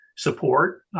support